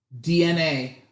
DNA